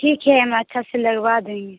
ठीक है हम आज अच्छा से लगवा देंगे